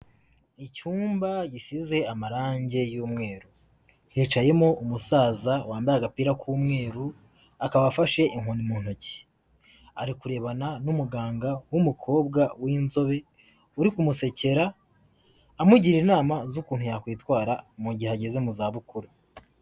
Icyumba gisize amarange y'umweru, hicayemo umusaza wambaye agapira k'umweru, akaba afashe inkoni mu ntoki, ari kurebana n'umuganga w'umukobwa w'inzobe, uri kumusekera amugira inama z'ukuntu yakwitwara mu gihe ageze mu zabukuru.